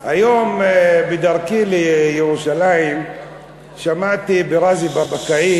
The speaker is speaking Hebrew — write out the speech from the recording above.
היום בדרכי לירושלים שמעתי בתוכנית של רזי ברקאי